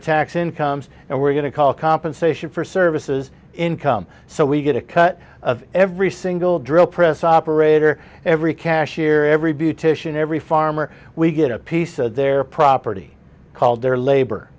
to tax incomes and we're going to call compensation for services income so we get a cut of every single drill press operator every cashier every beautician every farmer we get a piece of their property called their labor